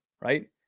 right